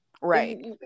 Right